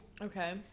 okay